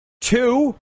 Two